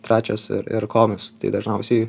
trečias ir ir komis tai dažniausiai